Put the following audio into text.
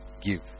give